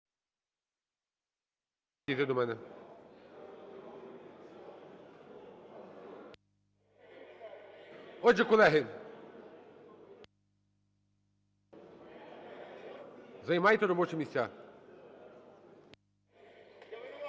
Отже, колеги, займайте робочі місця.